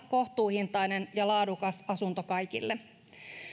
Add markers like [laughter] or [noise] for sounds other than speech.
[unintelligible] kohtuuhintainen ja laadukas asunto kaikille